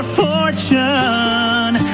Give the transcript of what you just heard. fortune